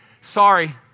Sorry